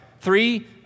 three